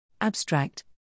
Abstract